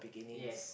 yes